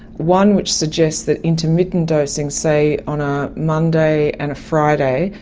one which suggests that intermittent dosing, say on a monday and a friday,